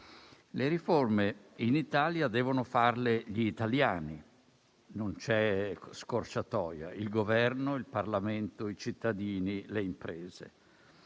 Le riforme in Italia devono farle gli italiani e non c'è scorciatoia: il Governo, il Parlamento, i cittadini e le imprese.